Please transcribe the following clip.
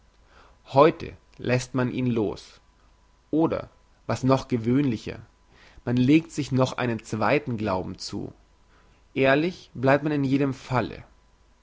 heute lässt man ihn los oder was noch gewöhnlicher man legt sich noch einen zweiten glauben zu ehrlich bleibt man in jedem falle